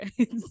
okay